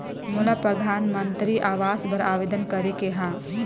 मोला परधानमंतरी आवास बर आवेदन करे के हा?